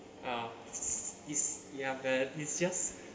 ah it's ya but it's just